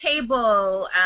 table